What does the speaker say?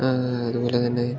ആ അതുപോലെ തന്നെ